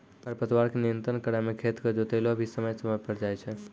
खरपतवार के नियंत्रण करै मे खेत के जोतैलो भी समय समय पर जाय छै